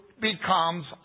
becomes